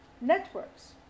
networks